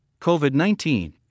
COVID-19